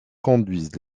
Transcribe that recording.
conduisent